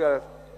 התש"ע